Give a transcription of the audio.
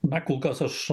na kol kas aš